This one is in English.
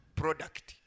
product